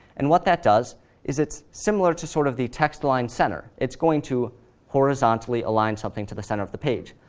and what that does is, it's similar to sort of the text-line center. it's going to horizontally align something to the center of the page.